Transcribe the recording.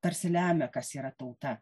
tarsi lemia kas yra tauta